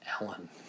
Alan